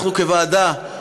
אנחנו כוועדה,